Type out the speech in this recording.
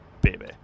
baby